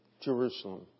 Jerusalem